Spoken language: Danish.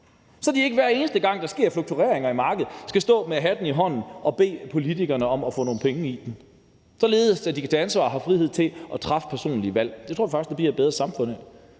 så de ikke, hver eneste gang der sker fluktureringer i markedet, skal stå med hatten i hånden og bede politikerne om at få nogle penge i den, og således at de kan tage ansvar og har frihed til at træffe personlige valg. Det tror vi faktisk at det bliver et bedre samfund